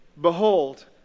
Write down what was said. behold